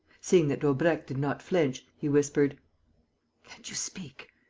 seeing that daubrecq did not flinch, he whispered can't you speak?